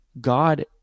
God